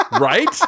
Right